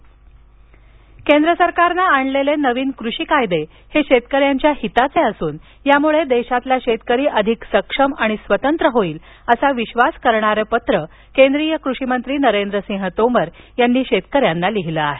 तोमर केंद्र सरकारनं आणलेले नविन कृषी कायदे हे शेतकऱ्यांच्या हिताचे असून यामुळे देशातला शेतकरी अधिक सक्षम आणि स्वतंत्र होईल असा विश्वास व्यक्त करणारे पत्र केंद्रिय कृषी मंत्री नरेंद्र सिंग तोमर यांनी काल शेतकऱ्यांना लिहीलं आहे